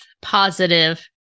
positive